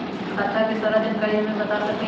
खाता के सारा जानकारी हमे बता सकेनी?